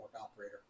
operator